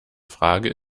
frage